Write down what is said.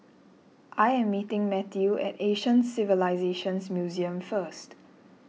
I am meeting Matthew at Asian Civilisations Museum first